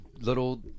little